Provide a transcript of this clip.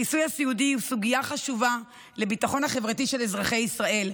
הכיסוי הסיעודי הוא סוגיית חשובה לביטחון החברתי של אזרחי ישראל.